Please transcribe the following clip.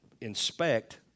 inspect